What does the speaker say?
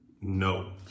No